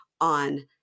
on